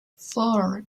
four